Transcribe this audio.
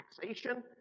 taxation